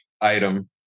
item